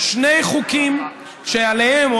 שני חוקים שעליהם,